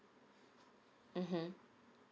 mmhmm